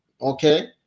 Okay